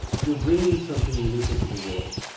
you're bringing something unique into the world.